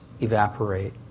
evaporate